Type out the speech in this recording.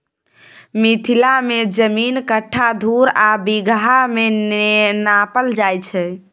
मिथिला मे जमीन कट्ठा, धुर आ बिगहा मे नापल जाइ छै